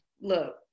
look